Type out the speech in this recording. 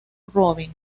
robin